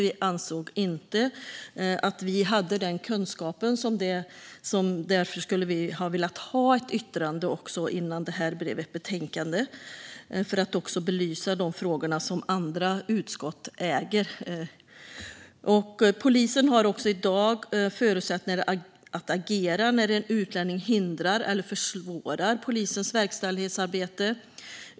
Vi ansåg inte att vi själva hade den kunskapen och hade velat inhämta ett yttrande från dem innan detta blev ett betänkande, för att också belysa de frågor som andra utskott äger. Polisen har redan i dag förutsättningar att agera när en utlänning hindrar eller försvårar polisens verkställighetsarbete.